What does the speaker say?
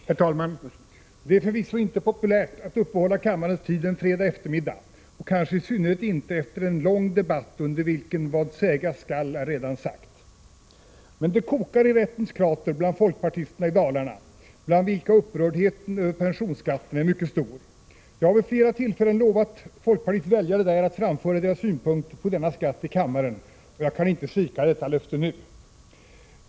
Herr talman! Det är förvisso inte populärt att uppehålla kammarens tid en fredag eftermiddag, och kanske i synnerhet inte efter en lång debatt under vilken ”vad sägas skall är redan sagt”. Men ”det kokar uti rättens krater” bland folkpartisterna i Dalarna — upprördheten över pensionsskatten är mycket stor. Jag har vid flera tillfällen lovat folkpartiets väljare där att framföra deras synpunkter på denna skatt i kammaren, och jag kan inte svika detta löfte.